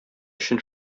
өчен